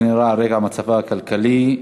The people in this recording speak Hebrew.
כנראה על רקע מצבה הכלכלי הנואש,